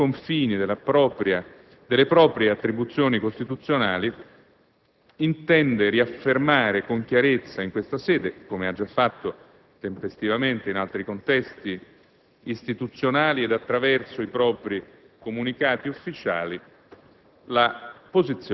accuratamente nei confini delle proprie attribuzioni costituzionali, intende riaffermare con chiarezza, in questa sede (come ha già fatto, tempestivamente, in altri contesti istituzionali ed attraverso i propri comunicati ufficiali),